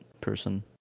person